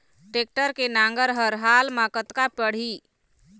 Tractor के नांगर हर हाल मा कतका पड़िही?